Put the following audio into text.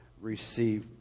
receive